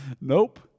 Nope